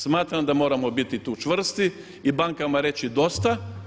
Smatram da moramo biti tu čvrsti i bankama reći dosta.